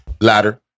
Ladder